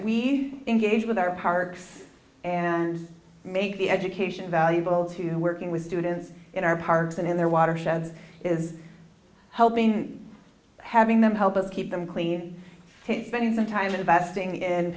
we engage with our parks and make the education valuable to working with students in our parks and in their watersheds is helping having them help us keep them clean and spend some time investing